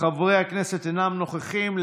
חברי הכנסת אינם נוכחים.